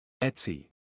Etsy